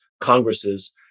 congresses